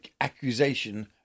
accusation